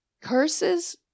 Curses